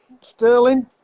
sterling